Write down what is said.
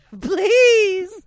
please